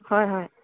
হয় হয়